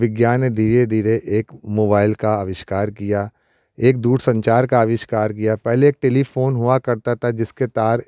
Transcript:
विज्ञान ने धीरे धीरे एक मोबाइल का आविष्कार किया एक दूर संचार का आविष्कार किया पहले एक टेलीफ़ोन हुआ करता था जिसके तार